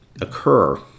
occur